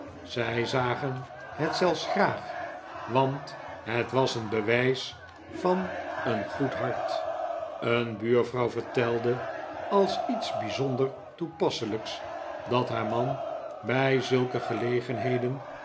zij zagen het zelfs graag want het was een bewijs van een goed hart een buurvrouw vertelde als iets bijzonder toepasselijks dat haar man bij zulke gelegenheden